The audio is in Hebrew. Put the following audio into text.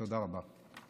תודה רבה.